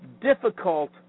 difficult